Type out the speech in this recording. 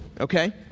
Okay